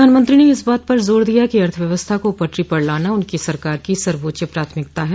प्रधानमंत्री ने इस बात पर जोर दिया कि अर्थव्यवस्था को पटरी पर लाना उनकी सरकार की सर्वोच्च प्राथमिकता है